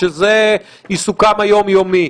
שזה עיסוקם היומיומי,